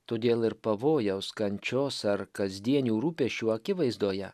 todėl ir pavojaus kančios ar kasdienių rūpesčių akivaizdoje